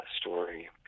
story